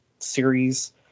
series